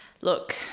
Look